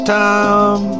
time